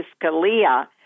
Scalia